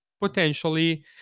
potentially